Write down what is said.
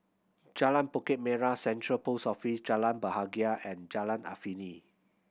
Jalan Bukit Merah Central Post Office Jalan Bahagia and Jalan Afifi